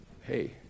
hey